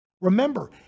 remember